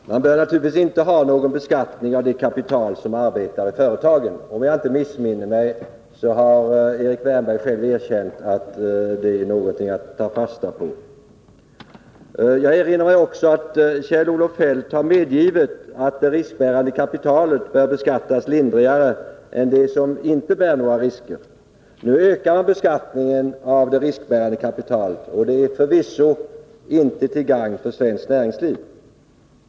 Herr talman! Man bör naturligtvis inte ha någon beskattning av det kapital som arbetar i företagen. Om jag inte missminner mig har Erik Wärnberg själv erkänt att det är någonting att ta fasta på. Jag erinrar mig också att Kjell-Olof Feldt har medgivit att det riskbärande kapitalet bör beskattas lindrigare än det som inte bär några risker. Nu ökar man beskattningen av det riskbärande kapitalet, och det är förvisso inte till gagn för svenskt näringsliv.